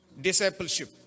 discipleship